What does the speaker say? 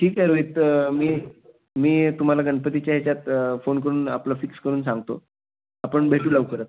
ठीक आहे रोहित मी मी तुम्हाला गणपतीच्या ह्याच्यात फोन करून आपलं फिक्स करून सांगतो आपण भेटू लवकरच